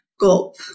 gulp